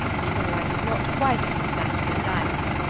though i did not quite understand his dialect.